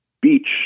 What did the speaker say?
beach